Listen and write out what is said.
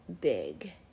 big